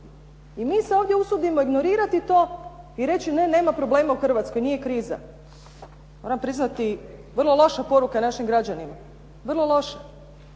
I mi se ovdje usudimo ignorirati to i reći, ne, nema problema u Hrvatskoj, nije kriza. Moram priznati, vrlo loša poruka našim građanima. Vrlo loša.